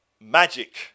Magic